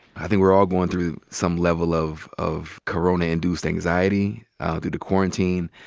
i think we're all goin' through some level of of corona induced anxiety through the quarantine.